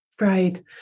Right